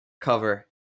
cover